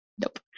nope